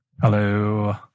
Hello